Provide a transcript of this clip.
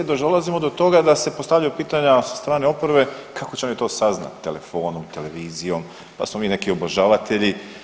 Dolazimo do toga da se postavljaju pitanja sa strane oporbe kako će oni to saznati telefonom, televizijom, da smo mi neki obožavatelji.